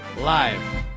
live